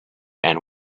and